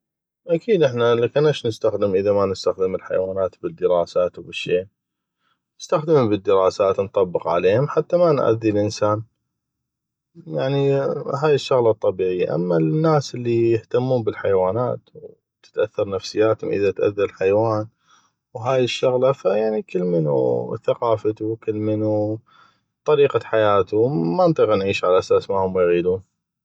اكيد احنا لكن اش نستخدم اذا ما نستخدم الحيوانات بالدراسات وبالشي نستخدمه بالدراسات نطبق عليهم حته ما ناذي الانسان يعني هاي الشغله الطبيعيه اما الناس اللي يهتمون بالحيوانات وتتاثر نفسياتم اذا تاذى الحيوان وهاي الشغله ف يعني كلمن وثقافتو وكلمن وحياتو ما نطيق نعيش حسب ما همه يغيدون